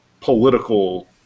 political